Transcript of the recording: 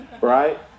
Right